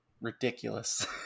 ridiculous